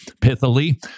Pithily